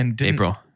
April